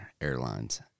Airlines